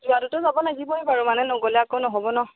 যোৱাটোতো যাব লাগিবই বাৰু মানে নগ'লে আকৌ নহ'ব ন